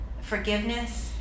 forgiveness